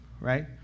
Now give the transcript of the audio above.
right